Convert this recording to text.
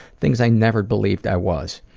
things i never believed i was.